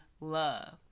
love